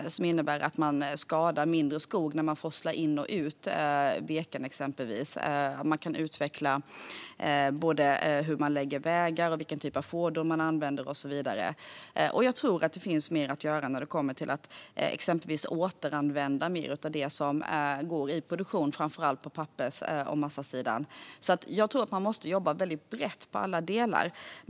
Det innebär att man skadar mindre skog när man exempelvis forslar in och ut virke. Man kan utveckla hur man lägger vägar och vilken typ av fordon man använder och så vidare. Jag tror att det finns mer att göra när det gäller att exempelvis återanvända mer av det som går i produktion, framför allt på pappers och massasidan. Man måste jobba väldigt brett på alla delar.